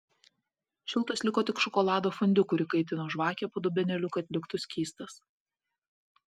šiltas liko tik šokolado fondiu kurį kaitino žvakė po dubenėliu kad liktų skystas